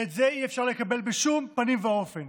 ואת זה אי-אפשר לקבל בשום פנים ואופן.